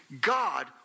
God